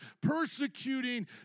persecuting